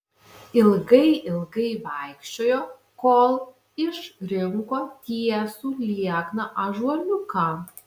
ilgai ilgai vaikščiojo kol išrinko tiesų liekną ąžuoliuką